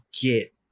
get